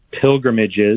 pilgrimages